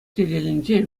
тетелӗнче